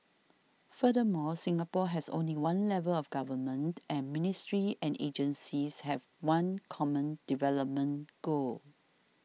furthermore Singapore has only one level of government and ministries and agencies have one common development goal